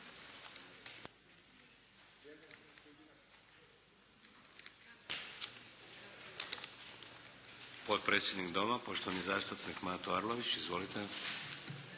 Potpredsjednik Doma, poštovani zastupnik Mato Arlović. Izvolite!